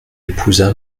épousa